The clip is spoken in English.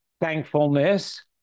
thankfulness